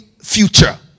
future